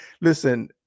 Listen